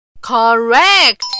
Correct